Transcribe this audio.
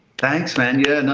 thanks, man. yeah, no.